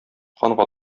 ханга